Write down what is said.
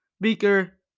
Beaker